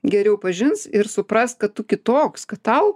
geriau pažins ir supras kad tu kitoks kad tau